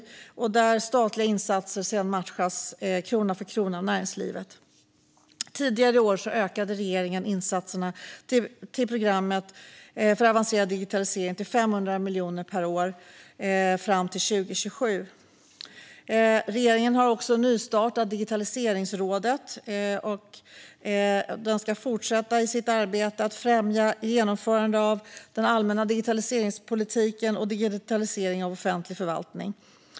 Statliga insatser matchas sedan krona för krona av näringslivet. Tidigare i år ökade regeringen insatserna till programmet för avancerad digitalisering till 500 miljoner per år fram till 2027. Regeringen har också nystartat Digitaliseringsrådet. Det ska fortsätta sitt arbete med att främja genomförandet av den allmänna digitaliseringspolitiken och digitaliseringen av offentlig förvaltning.